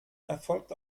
erfolgt